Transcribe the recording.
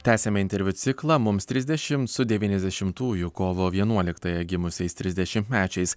tęsiame interviu ciklą mums trisdešimt su devyniasdešimtųjų kovo vienuoliktąją gimusiais trisdešimtmečiais